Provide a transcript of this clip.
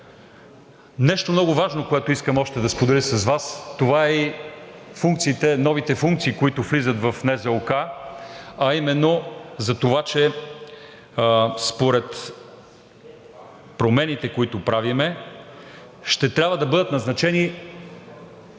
нещо много важно, което искам да споделя с Вас: това са новите функции, които влизат в НЗОК, а именно за това, че според промените, които правим, ще трябва да бъдат назначени